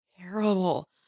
terrible